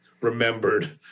remembered